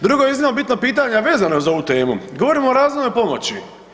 Drugo iznimno bitno pitanje a vezano je uz ovu temu govorimo o razvojnoj pomoći.